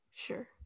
sure